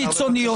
קודם כול,